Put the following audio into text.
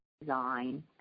design